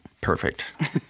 perfect